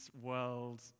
world